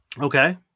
Okay